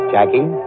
Jackie